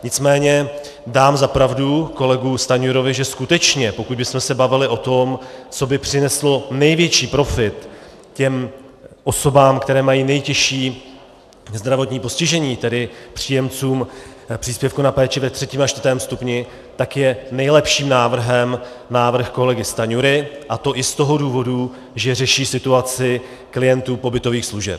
Nicméně dám za pravdu kolegovi Stanjurovi, že skutečně, pokud bychom se bavili o tom, co by přineslo největší profit těm osobám, které mají nejtěžší zdravotní postižení, tedy příjemcům příspěvku na péči ve třetím a čtvrtém stupni, tak je nejlepším návrhem návrh kolegy Stanjury, a to i z toho důvodu, že řeší situaci klientů pobytových služeb.